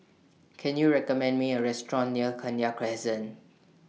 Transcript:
Can YOU recommend Me A Restaurant near Kenya Crescent